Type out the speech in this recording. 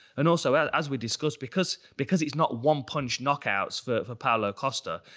and also as as we discussed, because because he's not one-punch knockouts for for paulo costa,